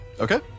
Okay